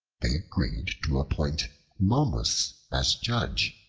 they agreed to appoint momus as judge,